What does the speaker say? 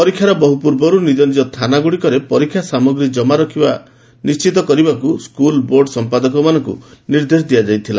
ପରୀକ୍ଷାର ବହୁ ପୂର୍ବରୁ ନିକ ନିଜ ଥାନାଗୁଡ଼ିକରେ ପରୀକ୍ଷା ସାମଗ୍ରୀ ଜମା କରିବା ବିଷୟ ନିଶ୍ଚିତ କରିବାକୁ ସ୍କୁଲ୍ ବୋର୍ଡ଼ ସମ୍ପାଦକଙ୍କୁ ନିର୍ଦ୍ଦେଶ ଦିଆଯାଇଛି